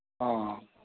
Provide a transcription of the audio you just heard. ꯑꯣ